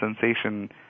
sensation